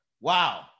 Wow